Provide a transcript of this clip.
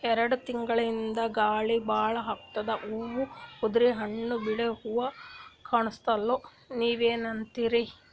ಎರೆಡ್ ತಿಂಗಳಿಂದ ಗಾಳಿ ಭಾಳ ಆಗ್ಯಾದ, ಹೂವ ಉದ್ರಿ ಹಣ್ಣ ಬೆಳಿಹಂಗ ಕಾಣಸ್ವಲ್ತು, ನೀವೆನಂತಿರಿ?